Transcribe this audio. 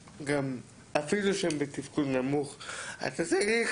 אפילו שהם בתפקוד נמוך, אתה צריך